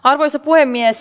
arvoisa puhemies